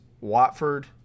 Watford